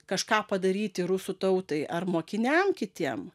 kažką padaryti rusų tautai ar mokiniam kitiem